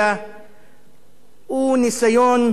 הוא ניסיון טוטליטרי,